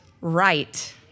right